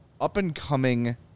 up-and-coming